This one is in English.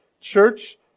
church